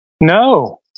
No